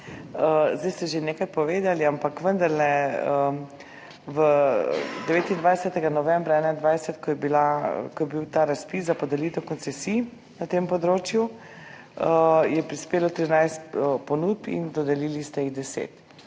Zdaj ste že nekaj povedali, ampak vendarle. 29. novembra 2021, ko je bil na tem področju razpis za podelitev koncesij, je prispelo 13 ponudb in dodelili ste jih 10.